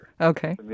Okay